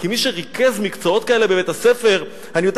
כמי שריכז מקצועות כאלה בבית-הספר אני יודע